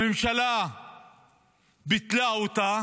הממשלה ביטלה אותה